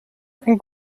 ein